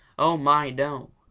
oh, my, no!